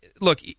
Look